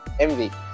mv